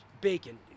bacon